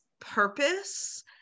purpose